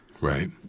right